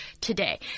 today